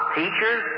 teachers